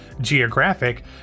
geographic